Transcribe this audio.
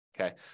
Okay